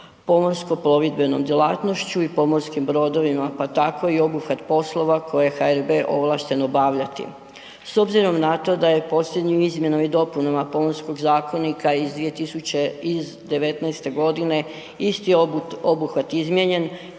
pomorsko-plovidbenom djelatnošću i pomorskim brodovima, pa tako i obuhvat poslova koje je HRB ovlašten obavljati. S obzirom na to da je posljednjim izmjenama i dopunama Pomorskog zakonika iz 2019. godine isti obuhvat izmijenjen,